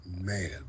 Man